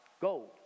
gold